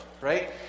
right